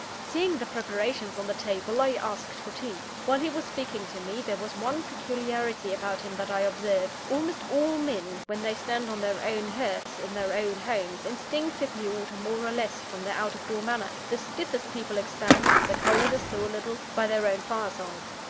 seeing the preparations on the table, i asked for tea. while he was speaking to me, there was one peculiarity about him that i observed. almost all men, when they stand on their own hearths, in their own homes, instinctively alter more or less from their out-of-door manner the stiffest people expand, the coldest thaw a little, by their own firesides.